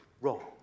wrong